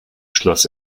schloss